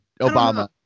obama